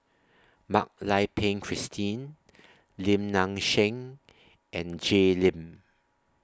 Mak Lai Peng Christine Lim Nang Seng and Jay Lim